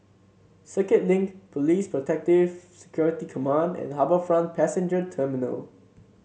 Circuit Link Police Protective Security Command and HarbourFront Passenger Terminal